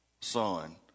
son